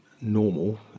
normal